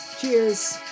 Cheers